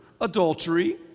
adultery